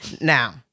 Now